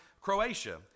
Croatia